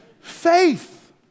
Faith